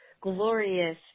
glorious